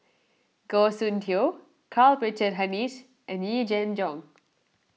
Goh Soon Tioe Karl Richard Hanitsch and Yee Jenn Jong